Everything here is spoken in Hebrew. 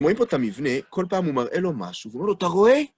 רואים פה את המבנה, כל פעם הוא מראה לו משהו ואומר לו, אתה רואה?